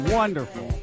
wonderful